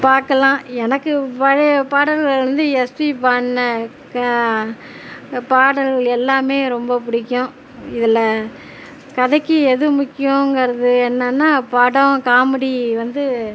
பார்க்கலாம் எனக்கு பழைய பாடல்கள் வந்து எஸ்பி பாடின க பாடல்கள் எல்லாமே ரொம்ப பிடிக்கும் இதில் கதைக்கு எது முக்கியங்குறது என்னன்னா படம் காமெடி வந்து